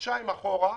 חודשיים אחורה,